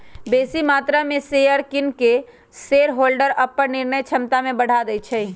बेशी मत्रा में शेयर किन कऽ शेरहोल्डर अप्पन निर्णय क्षमता में बढ़ा देइ छै